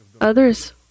Others